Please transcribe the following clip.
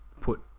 put